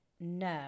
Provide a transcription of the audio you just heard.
no